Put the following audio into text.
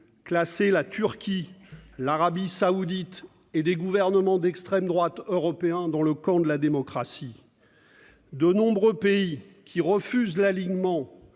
classer la Turquie, l'Arabie saoudite et des gouvernements d'extrême droite européens dans le camp de la démocratie. Très bien ! De nombreux pays, qui refusent l'alignement